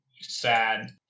sad